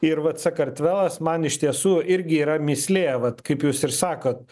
ir vat sakartvelas man iš tiesų irgi yra mįslė vat kaip jūs ir sakot